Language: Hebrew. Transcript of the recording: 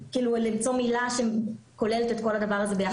ליצור מילה שכוללת את כל הדבר הזה ביחד.